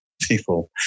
people